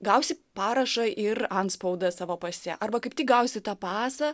gausi parašą ir antspaudą savo pase arba kaip tik gausi tą pasą